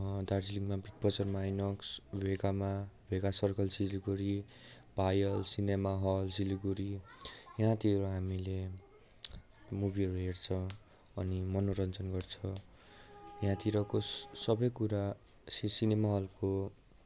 दार्जिलिङमा विगबजारमा आइनक्स भेगामा Vega circle Siliguri Payal cinema hall Siliguri यहाँतिर हामीले मुभीहरू हेर्छ अनि मनोरञ्जन गर्छ यहाँतिरको सबै कुरा सिनेमा हलको